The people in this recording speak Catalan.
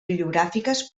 bibliogràfiques